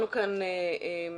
שהדברים שנאמרו כאן יילקחו